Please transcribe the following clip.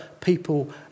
people